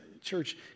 church